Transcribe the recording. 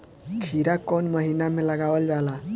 खीरा कौन महीना में लगावल जाला?